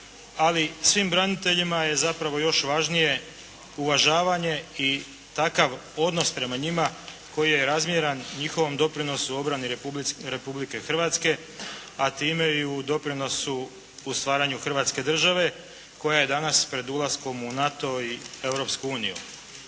ali svim braniteljima je zapravo još važnije uvažavanje i takav odnos prema njima koji je razmjeran njihovom doprinosu obrane Republike Hrvatske, a time i u doprinosu u stvaranju Hrvatske države koja je danas pred ulaskom u NATO i